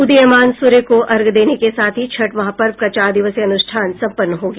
उदीयमान सूर्य को अर्घ्य देने के साथ ही छठ महापर्व का चार दिवसीय अनुष्ठान संपन्न हो गया